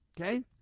okay